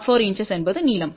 04" என்பது நீளம்